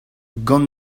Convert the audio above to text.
gant